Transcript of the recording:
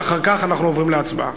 ואחר כך אנחנו עוברים להצבעה.